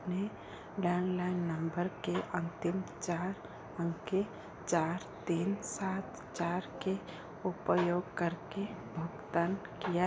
अपने landline number के अंतिम चार अंक के चार तीन चार सात के उपयोग करके भुगतान किया